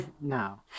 No